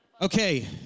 Okay